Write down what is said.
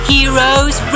Heroes